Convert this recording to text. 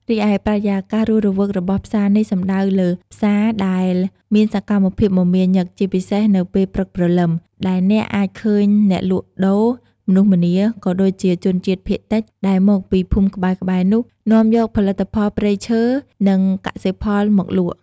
រីឯបរិយាកាសរស់រវើករបស់ផ្សារនេះ សំដៅលើផ្សារដែលមានសកម្មភាពមមាញឹក ជាពិសេសនៅពេលព្រឹកព្រលឹម ដែលអ្នកអាចឃើញអ្នកលក់ដូរ មនុស្សម្នា ក៏ដូចជាជនជាតិភាគតិចដែលមកពីភូមិក្បែរៗនោះ នាំយកផលិតផលព្រៃឈើ និងកសិផលមកលក់។